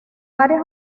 varias